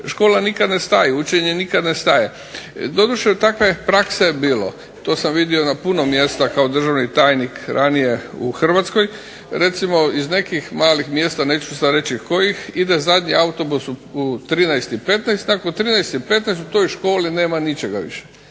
Škola nikad ne staje, učenje nikad ne staje. Doduše, takve prakse je bilo, to sam vidio na puno mjesta kao državni tajnik ranije u Hrvatskoj. Recimo iz nekih malih mjesta, neću sad reći kojih, ide zadnji autobus u 13,15, nakon 13,15 u toj školi nema ničega više.